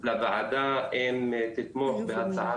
הסבא או הדוד קנה את הקרקע לפני כמה עשרות